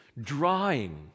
drawing